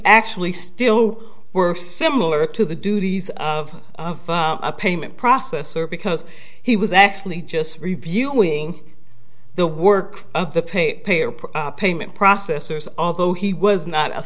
actually still were similar to the duties of a payment processor because he was actually just reviewing the work of the pay payer per payment processors although he was not a